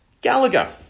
Gallagher